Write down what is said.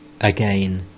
Again